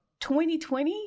2020